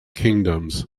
kingdoms